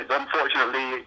unfortunately